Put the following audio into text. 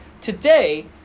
Today